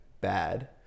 bad